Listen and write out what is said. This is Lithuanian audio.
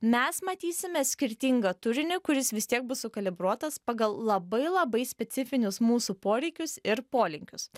mes matysime skirtingą turinį kuris vis tiek bus sukalibruotas pagal labai labai specifinius mūsų poreikius ir polinkius